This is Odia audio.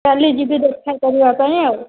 କାଲି ଯିବି ଦେଖା କରିବା ପାଇଁ ଆଉ